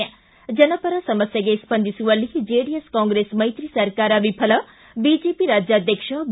್ ಜನಪರ ಸಮಸ್ನೆಗೆ ಸ್ವಂದಿಸುವಲ್ಲಿ ಜೆಡಿಎಸ್ ಕಾಂಗ್ರೆಸ್ ಮೈತ್ರಿ ಸರ್ಕಾರ ವಿಫಲ ಬಿಜೆಪಿ ರಾಜ್ಯಾಧ್ಯಕ್ಷ ಬಿ